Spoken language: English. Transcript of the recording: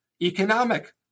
economic